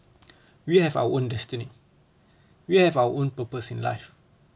we have our own destiny we have our own purpose in life